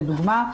לדוגמה,